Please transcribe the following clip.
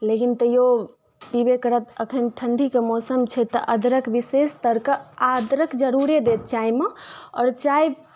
लेकिन तैओ पीबे करत एखन ठण्डीके मौसम छै तऽ अदरक विशेष तरके आदरक जरूरे देत चायमे आओर चाय